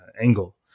angle